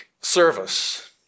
service